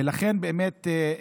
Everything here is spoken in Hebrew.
ולכן באמת,